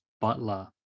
Butler